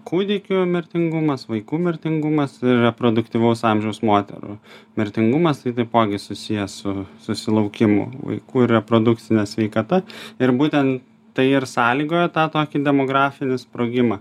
kūdikių mirtingumas vaikų mirtingumas reproduktyvaus amžiaus moterų mirtingumas tai taipogi susiję su susilaukimu vaikų ir reprodukcine sveikata ir būten tai ir sąlygojo tą tokį demografinį sprogimą